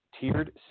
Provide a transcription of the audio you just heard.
tiered